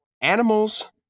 animals